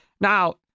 Now